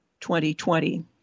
2020